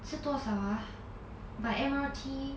是多少啊 by M_R_T